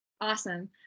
awesome